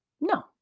No